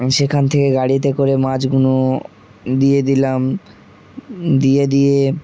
সেখান থেকে গাড়িতে করে মাছগুলো দিয়ে দিলাম দিয়ে দিয়ে